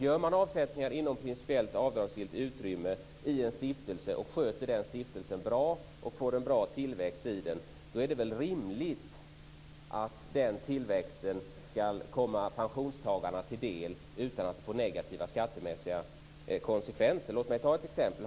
Gör man avsättningar inom principiellt avdragsgillt utrymme i en stiftelse och sköter den stiftelsen bra och får en bra tillväxt i den är det väl rimligt att den tillväxten skall komma pensionstagarna till del utan att det får negativa skattemässiga konsekvenser. Låt mig ta ett exempel.